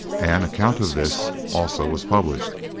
an account of this, also, was published,